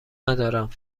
ندارم